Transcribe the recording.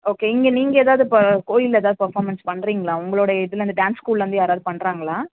okay இங்கே நீங்கள் ஏதாவது இப்போ கோயிலில் ஏதாவது பெர்ஃபார்மென்ஸ் பண்ணுறிங்களா உங்களோடய இதில் இருந்து டான்ஸ் ஸ்கூல்லிருந்து யாராவது பண்ணுறாங்களா